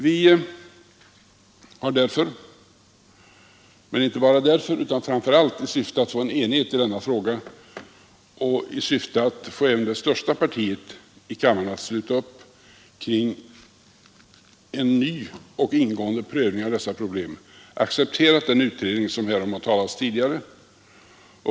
Vi har därför, men inte bara därför utan framför allt i syfte att få enighet i denna fråga och i syfte att få även det största partiet i kammaren att sluta upp kring en ny och ingående prövning av dessa problem, accepterat den utredning som härom har talats tidigare.